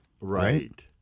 right